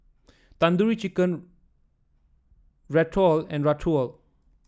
Tandoori Chicken Ratatouille and Ratatouille